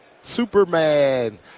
Superman